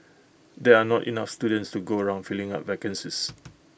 there are not enough students to go around filling up vacancies